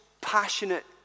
passionate